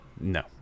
No